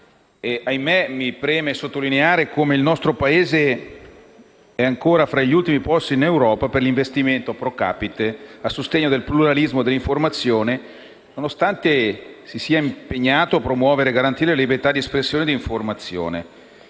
Ahimè, mi preme sottolineare come il nostro Paese sia ancora fra gli ultimi posti in Europa per investimento *pro capite* al sostegno del pluralismo dell'informazione, nonostante si sia impegnato a promuovere e garantire le libertà di espressione e informazione.